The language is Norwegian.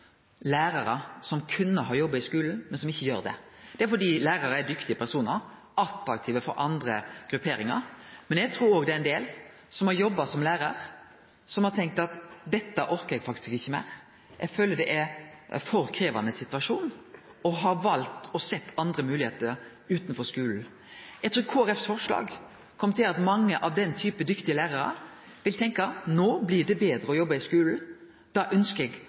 lærarar som kunne ha jobba i skulen, men som ikkje gjer det. Det kjem av at lærarar er dyktige personar som er attraktive for andre grupperingar. Men eg trur òg det er ein del som har jobba som lærar, som har tenkt at «dette orkar eg faktisk ikkje meir, eg føler at det er ein for krevjande situasjon», og har valt å sjå etter andre moglegheiter utanfor skulen. Eg trur forslaget til Kristeleg Folkeparti kjem til å gjere at mange av den typen dyktige lærarar vil tenkje at «no blir det betre å jobbe i